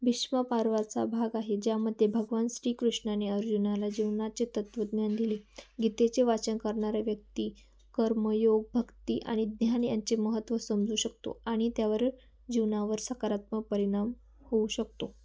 भीष्म पर्वाचा भाग आहे ज्यामध्ये भगवान श्रीकृष्णाने अर्जुनाला जीवनाचे तत्वज्ञान दिले गीतेचे वाचन करणाऱ्या व्यक्ती कर्मयोग भक्ती आणि ज्ञान यांचे महत्त्व समजू शकतो आणि त्यावर जीवनावर सकारात्मक परिणाम होऊ शकतो